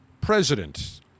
president